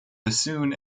bassoon